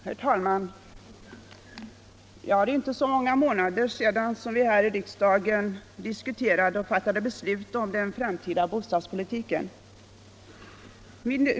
Herr talman! Det är inte så många månader sedan vi här i riksdagen diskuterade och fattade beslut om den framtida bostadspolitiken.